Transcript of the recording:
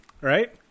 right